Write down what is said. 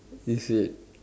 do you see it